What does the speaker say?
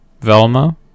Velma